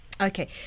Okay